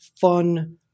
fun